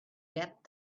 that